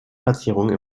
platzierungen